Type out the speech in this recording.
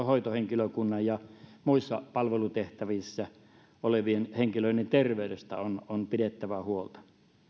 hoitohenkilökunnan ja muissa palvelutehtävissä olevien henkilöiden terveydestä on on pidettävä huolta